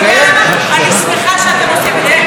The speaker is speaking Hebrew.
אתה יודע מה, אני שמחה שאתם עושים את זה.